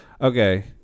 Okay